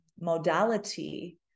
modality